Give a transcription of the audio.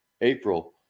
April